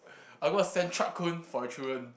I'm going to send Truck-kun for the children